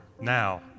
now